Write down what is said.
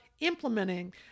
implementing